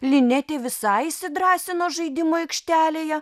linetė visai įsidrąsino žaidimų aikštelėje